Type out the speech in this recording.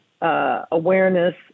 Awareness